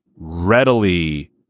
readily